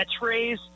catchphrase